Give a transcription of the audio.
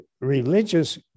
religious